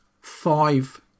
five